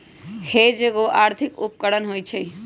hedge एगो आर्थिक उपकरण होइ छइ